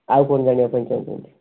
ଆଉ କ'ଣ ଜାଣିବାକୁ ଚାହୁଁଛନ୍ତି